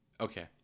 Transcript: okay